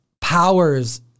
powers